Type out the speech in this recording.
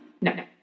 No